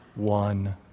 one